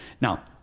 Now